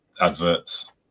Adverts